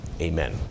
amen